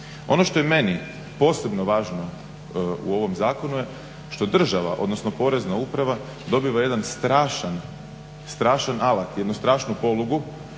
Ono što je meni posebno važno u ovom zakonu je što Porezna uprava dobiva jedan strašan alat, jednu strašnu polugu